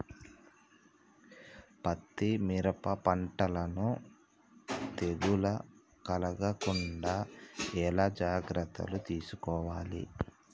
పత్తి మిరప పంటలను తెగులు కలగకుండా ఎలా జాగ్రత్తలు తీసుకోవాలి?